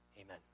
amen